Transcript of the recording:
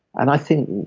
and i think,